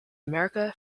america